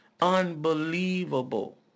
unbelievable